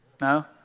no